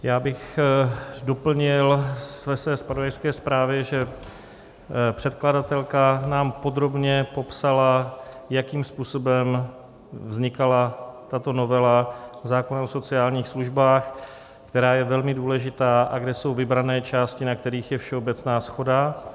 Já bych doplnil ve své zpravodajské zprávě, že předkladatelka nám podrobně popsala, jakým způsobem vznikala tato novela zákona o sociálních službách, která je velmi důležitá a kde jsou vybrané části, na kterých je všeobecná shoda.